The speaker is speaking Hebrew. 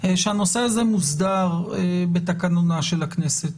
שהנושא הזה מוסדר בתקנונה של הכנסת,